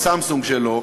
ב"סמסונג" שלו,